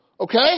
Okay